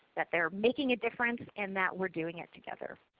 that they are making a difference, and that we are doing it together.